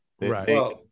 Right